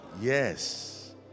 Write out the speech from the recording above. Yes